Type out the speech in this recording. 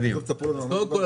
אז קודם כל,